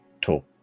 talk